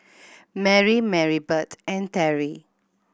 Mary Maribeth and Terrie